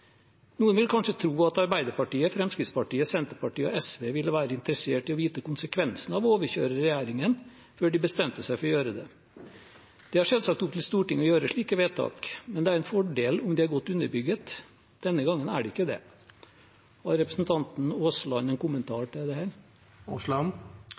Noen vil kanskje tro at Ap, Fremskrittspartiet, Senterpartiet og SV ville vært interessert i å vite konsekvensene av å overkjøre regjeringen før de bestemte seg for å gjøre det. Det er selvsagt opp til Stortinget å gjøre slike vedtak. Men det er en fordel om de er godt underbygget. Denne gangen er det ikke det.» Har representanten Aasland en kommentar